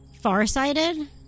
farsighted